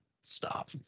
Stop